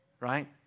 right